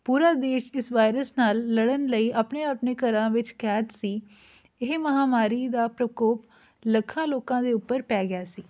ਪੂਰਾ ਦੇਸ਼ ਇਸ ਵਾਇਰਸ ਨਾਲ ਲੜਨ ਲਈ ਆਪਣੇ ਆਪਣੇ ਘਰਾਂ ਵਿੱਚ ਕੈਦ ਸੀ ਇਹ ਮਹਾਂਮਾਰੀ ਦਾ ਪ੍ਰਕੋਪ ਲੱਖਾਂ ਲੋਕਾਂ ਦੇ ਉੱਪਰ ਪੈ ਗਿਆ ਸੀ